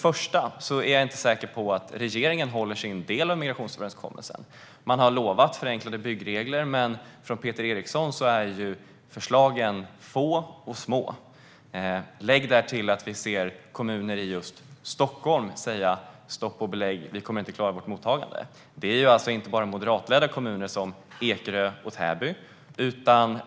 Jag är inte säker på att regeringen håller sin del av migrationsöverenskommelsen. Man har lovat förenklade byggregler, men Peter Erikssons förslag är få och små. Lägg därtill att vi ser kommuner i just Stockholmsområdet säga: Stopp och belägg! Vi kommer inte att klara vårt mottagande. Det säger inte bara moderatledda kommuner som Ekerö och Täby.